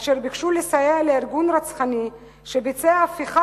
אשר ביקשו לסייע לארגון רצחני שביצע הפיכה